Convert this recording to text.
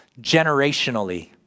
generationally